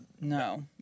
No